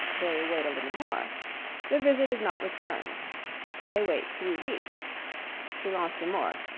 they wait a little more the visit is not returned they wait three weeks silence de mort